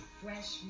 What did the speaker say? fresh